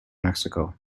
mexico